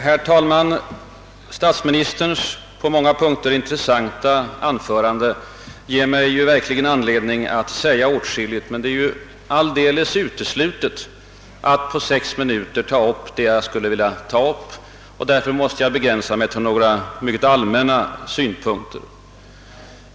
Herr taiman! Statsministerns på många punkter intressanta anförande ger mig verkligen anledning att säga åtskilligt. Men det är alldeles uteslutet att på sex minuter hinna med allt det jag skulle vilja säga. Därför måste jag begränsa mig till några mycket allmänna synpunkter.